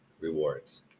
rewards